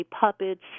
puppets